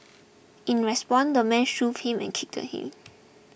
in response the man shoved him and kicked him